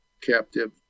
captive